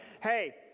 hey